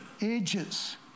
ages